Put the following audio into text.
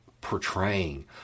portraying